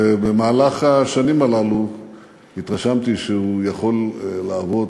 ובמהלך השנים הללו התרשמתי שהוא יכול לעבוד,